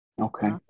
Okay